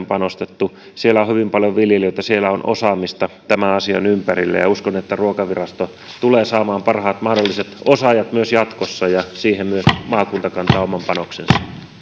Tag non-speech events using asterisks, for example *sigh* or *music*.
*unintelligible* panostettu siellä on hyvin paljon viljelijöitä siellä on osaamista tämän asian ympärillä ja ja uskon että ruokavirasto tulee saamaan parhaat mahdolliset osaajat myös jatkossa ja siihen myös maakunta kantaa oman panoksensa